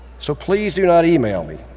so please do not email me,